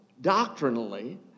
doctrinally